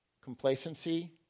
Complacency